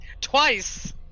Twice